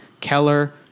Keller